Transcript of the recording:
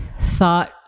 thought